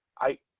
i,